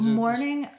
morning